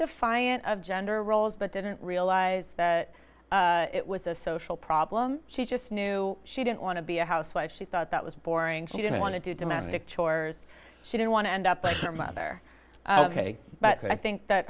defiant of gender roles but didn't realize that it was a social problem she just knew she didn't want to be a housewife she thought that was boring she didn't want to do to manic chores she didn't want to end up like her mother ok but i think that